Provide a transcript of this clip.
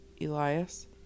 Elias